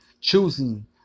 choosing